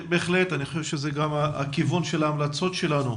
בהחלט, אני חושב שזה גם הכיוון של ההמלצות שלנו.